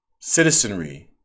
citizenry